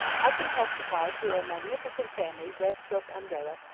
i can testify to a magnificent family red silk umbrella,